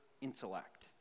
intellect